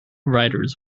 riders